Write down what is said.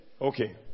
Okay